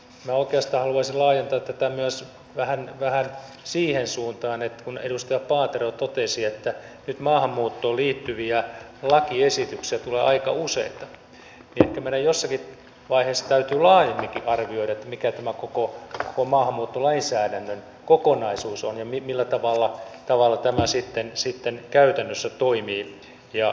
minä oikeastaan haluaisin laajentaa tätä myös vähän siihen suuntaan että kun edustaja paatero totesi että nyt maahanmuuttoon liittyviä lakiesityksiä tulee aika useita niin ehkä meidän jossakin vaiheessa täytyy laajemminkin arvioida mikä tämä koko maahanmuuttolainsäädännön kokonaisuus on ja millä tavalla tämä sitten käytännössä toimii ja vaikuttaa